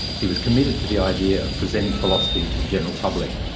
he was committed to the idea of presenting philosophy to the general public,